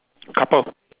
couple